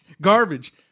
Garbage